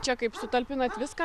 čia kaip sutalpinat viską